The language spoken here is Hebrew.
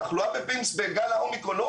התחלואה ב-PIMS בגל האומיקרון,